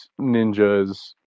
ninjas